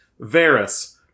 Varys